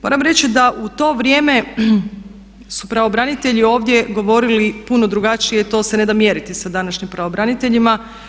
Moram reći da u to vrijeme su pravobranitelji ovdje govorili puno drugačije, to se ne da mjeriti sa današnjim pravobraniteljima.